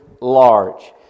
large